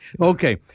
Okay